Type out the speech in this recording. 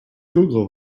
google